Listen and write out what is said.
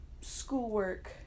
schoolwork